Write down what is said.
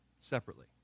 separately